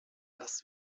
das